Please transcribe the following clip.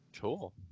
Cool